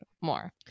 more